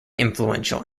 influential